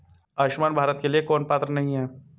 आयुष्मान भारत के लिए कौन पात्र नहीं है?